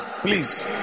please